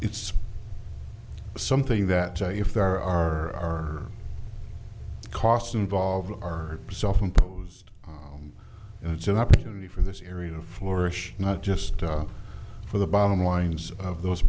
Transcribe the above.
it's something that if there are costs involved are self imposed and it's an opportunity for this area flourish not just for the bottom lines of those